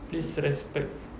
please respect